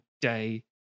day